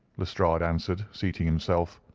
lestrade answered, seating himself.